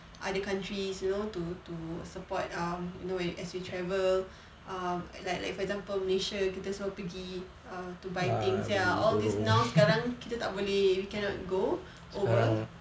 other countries you know to to support um you know when as we travel um like like for example malaysia kita semua pergi err to buy things ya all this now sekarang kita tak boleh we cannot go over